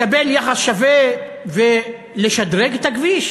לקבל יחס שווה ולשדרג את הכביש,